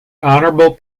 honorable